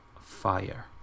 Fire